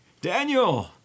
Daniel